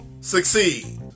succeed